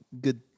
good